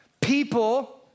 People